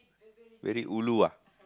very ulu ah